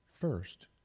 first